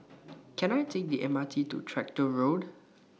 Can I Take The M R T to Tractor Road